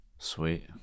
Sweet